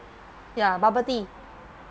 ya bubble tea